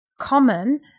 common